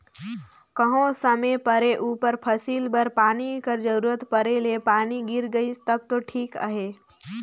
कहों समे परे उपर फसिल बर पानी कर जरूरत परे ले पानी गिर गइस तब दो ठीक अहे